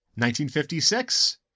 1956